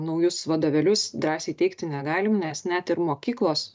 naujus vadovėlius drąsiai teigti negalim nes net ir mokyklos